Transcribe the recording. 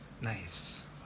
Nice